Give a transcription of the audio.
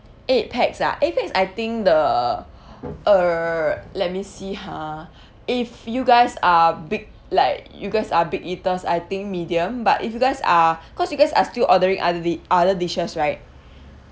eight pax ah eight pax I think the err let me see ha if you guys are big like you guys are big eaters I think medium but if you guys are cause you guys are still ordering other di~ other dishes right